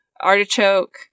Artichoke